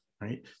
right